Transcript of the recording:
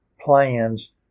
plans